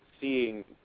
seeing